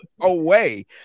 away